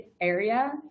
area